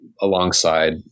alongside